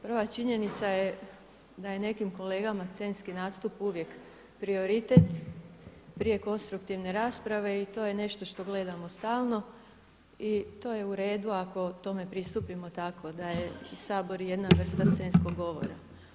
Prva činjenica je da je nekim kolegama scenski nastup uvijek prioritet prije konstruktivne rasprave i to je nešto što gledamo stalno i to je uredu ako tome pristupimo tako, da je sabor jedna vrsta scenskog govora.